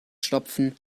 stopfen